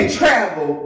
travel